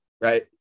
right